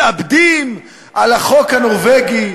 ומתאבדים על החוק הנורבגי.